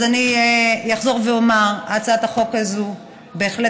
אז אני אחזור ואומר: הצעת החוק הזו בהחלט